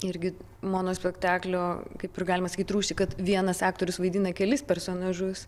irgi mono spektaklio kaip ir galima sakyt rūsį kad vienas aktorius vaidina kelis personažus